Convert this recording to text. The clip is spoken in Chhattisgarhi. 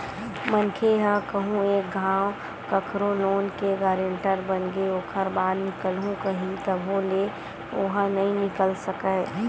मनखे ह कहूँ एक घांव कखरो लोन के गारेंटर बनगे ओखर बाद निकलहूँ कइही तभो ले ओहा नइ निकल सकय